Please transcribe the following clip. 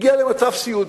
הגיע למצב סיעודי.